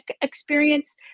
experience